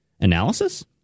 analysis